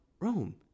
Rome